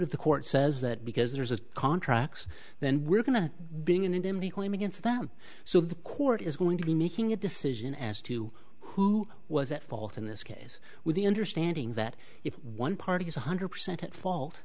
if the court says that because there's a contract then we're going to being an indemnity point against them so the court is going to be making a decision as to who was at fault in this case with the understanding that if one party is one hundred percent at fault